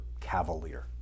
cavalier